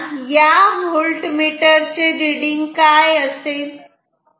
तर आता या व्होल्टमीटर चे रीडिंग काय असेल